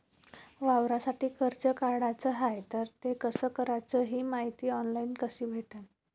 वावरासाठी कर्ज काढाचं हाय तर ते कस कराच ही मायती ऑनलाईन कसी भेटन?